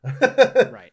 Right